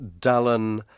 Dallin